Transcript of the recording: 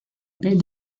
baie